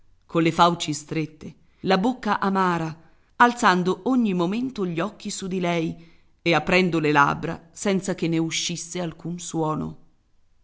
no colle fauci strette la bocca amara alzando ogni momento gli occhi su di lei e aprendo le labbra senza che ne uscisse alcun suono